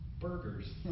burgers